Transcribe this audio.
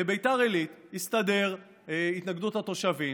בבית"ר עילית הסתדרה התנגדות התושבים,